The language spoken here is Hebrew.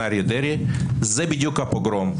זה בדיוק פוגרום.